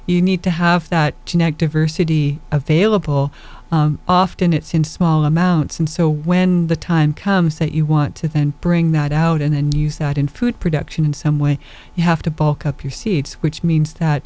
you need to have that genetic diversity available often it's in small amounts and so when the time comes that you want to then bring that out in and use that in food production in some way you have to bulk up your seeds which means that